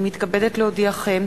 הנני מתכבדת להודיעכם,